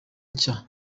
nshya